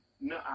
no